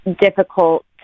difficult